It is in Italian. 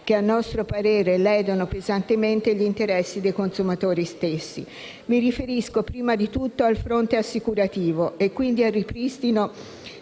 che a nostro parere ledono pesantemente gli interessi dei consumatori stessi. Mi riferisco prima di tutto al fronte assicurativo e quindi al ripristino